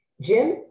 Jim